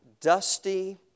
dusty